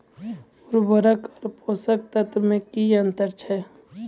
उर्वरक आर पोसक तत्व मे की अन्तर छै?